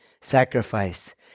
sacrifice